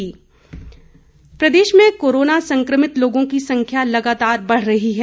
तीन पॉजिटिव प्रदेश में कोरोना संक्रमित लोगों की संख्या लगातार बढ़ रही है